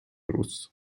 russo